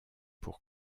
pour